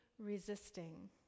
resisting